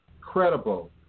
credible